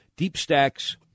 DeepStacks